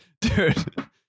dude